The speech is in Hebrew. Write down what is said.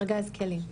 זה ארגז כלים,